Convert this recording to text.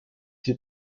sie